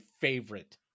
favorite